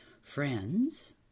friends